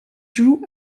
joue